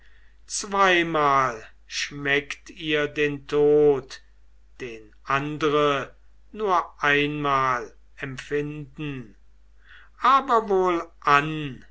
zweimal schmeckt ihr den tod den andre nur einmal empfinden aber wohlan